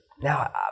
Now